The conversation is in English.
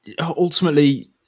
ultimately